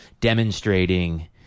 demonstrating